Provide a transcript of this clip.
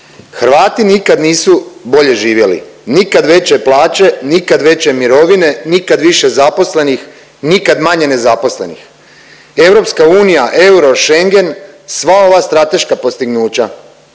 Hrvati nikad nisu bolje živjeli, nikad veće plaće, nikad veće mirovine, nikad više zaposlenih, nikad manje nezaposlenih. EU, euro, Schengen, sva ova strateška postignuća.